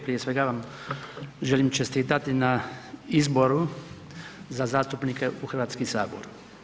Prije svega vam želim čestitati na izboru za zastupnike u Hrvatski sabor.